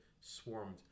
swarmed